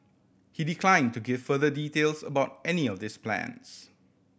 he decline to give further details about any of these plans